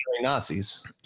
Nazis